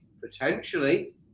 potentially